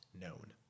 known